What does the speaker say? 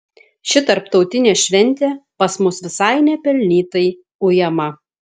ši tarptautinė šventė pas mus visai nepelnytai ujama